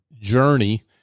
journey